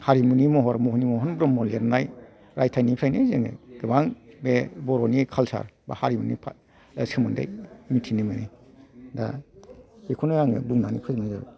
हारिमुनि महर मनिमहन ब्रह्म लिरनाय रायथायनिफ्रायनो जोङो गोबां बे बर'नि खालसार बा हारिमुनि सोमोन्दै मिथिनो मोनो दा बेखौनो आं बुंनानै फोजोबनाय जाबाय